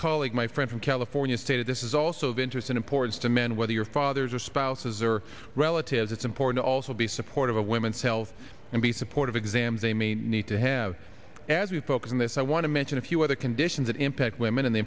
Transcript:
colleague my friend from california stated this is also of interest importance to men whether your fathers or spouses or relatives important to also be supportive of women's health and be supportive exams they may need to have as we focus on this i want to mention a few other conditions that impact women and the